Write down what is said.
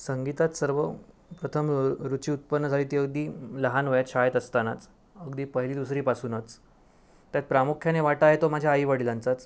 संगीतात सर्वप्रथम रुची उत्पन्न झाली ती अगदी लहान वयात शाळेत असतानाच अगदी पहिली दुसरीपासूनच त्यात प्रामुख्याने वाटा आहे तो माझ्या आईवडिलांचाच